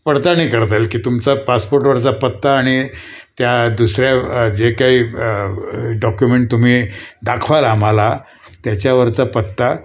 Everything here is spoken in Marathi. पडताळणी करता येईल की तुमचा पासपोर्टवरचा पत्ता आणि त्या दुसऱ्या जे काही डॉक्युमेंट तुम्ही दाखवाल आम्हाला त्याच्यावरचा पत्ता